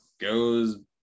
goes